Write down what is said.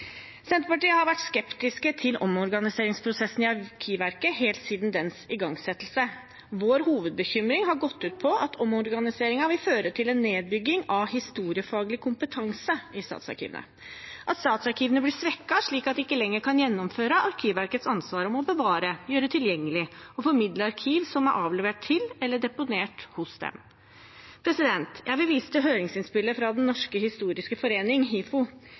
Senterpartiet har vært skeptiske til omorganiseringsprosessen i Arkivverket helt siden dens igangsettelse. Vår hovedbekymring har gått ut på at omorganiseringen vil føre til en nedbygging av historiefaglig kompetanse i statsarkivene, at statsarkivene blir svekket slik at de ikke lenger kan gjennomføre Arkivverkets ansvar om å bevare, gjøre tilgjengelig og formidle arkiv som er avlevert til eller deponert hos dem. Jeg vil vise til høringsinnspillet fra Den norske historiske forening, HIFO.